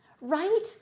right